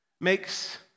makes